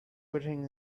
written